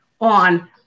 on